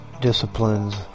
disciplines